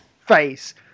face